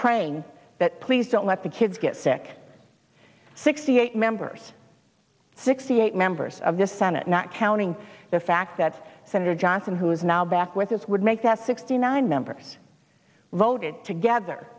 praying that please don't let the kids get sick sixty eight members sixty eight members of the senate not counting the fact that senator johnson who is now back with us would make that sixty nine members voted together